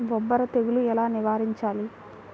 బొబ్బర తెగులు ఎలా నివారించాలి?